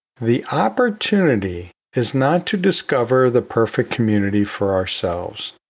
the opportunity is not to discover the perfect community for ourselves.